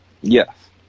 Yes